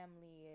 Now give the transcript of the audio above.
family